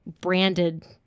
branded